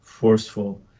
forceful